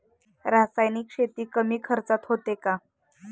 रासायनिक शेती कमी खर्चात होते का?